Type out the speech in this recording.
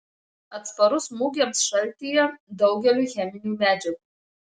atsparus smūgiams šaltyje daugeliui cheminių medžiagų